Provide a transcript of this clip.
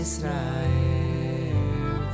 Isra'el